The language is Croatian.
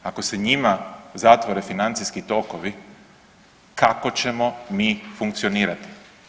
Ako se njima zatvore financijski tokovi kako ćemo mi funkcionirati.